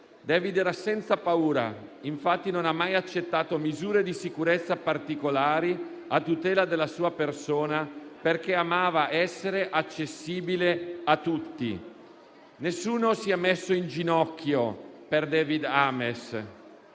David era senza paura. Infatti non ha mai accettato misure di sicurezza particolari a tutela della sua persona perché amava essere accessibile a tutti». Nessuno si è messo in ginocchio per David Ames.